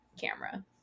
camera